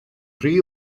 rhy